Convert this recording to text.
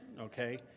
Okay